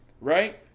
right